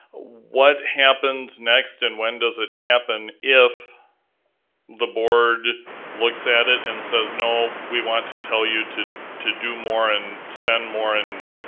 what happens next and when does it happen if the board looks at it and says no, want to tell you to to do more and spend more and